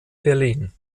berlin